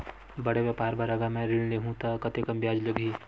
बड़े व्यापार बर अगर मैं ऋण ले हू त कतेकन ब्याज लगही?